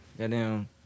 Goddamn